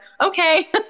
okay